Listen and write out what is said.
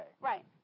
Right